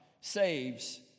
saves